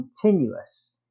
continuous